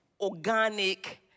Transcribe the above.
organic